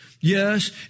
Yes